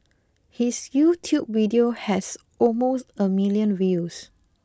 his YouTube video has almost a million views